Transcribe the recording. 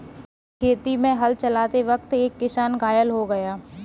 खेत में हल चलाते वक्त एक किसान घायल हो गया